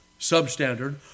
substandard